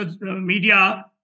media